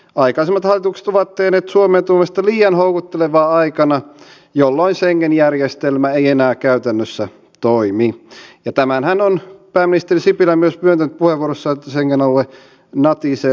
aikaisemmat hallitukset ovat tehneet suomeen tulosta liian houkuttelevaa aikana jolloin schengen järjestelmä ei enää käytännössä toimi ja tämänhän on pääministeri sipilä myös myöntänyt puheenvuorossaan että schengen alue natisee liitoksistaan